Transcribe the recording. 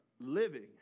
living